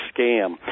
scam